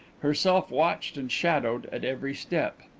herself watched and shadowed at every step.